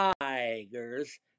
tigers